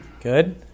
good